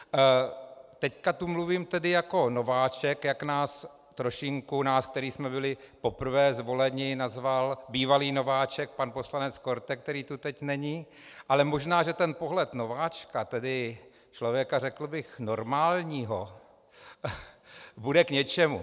Teď tu mluvím tedy jako nováček, jak nás trošinku, nás, kteří jsme byli poprvé zvoleni, nazval bývalý nováček pan poslanec Korte, který tu teď není, ale možná že pohled nováčka, tedy člověka řekl bych normálního, bude k něčemu.